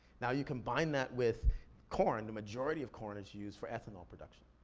now you combine that with corn, the majority of corn is used for ethanol production.